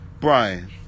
Brian